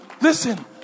listen